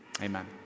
Amen